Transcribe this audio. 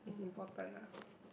is important ah